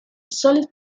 solid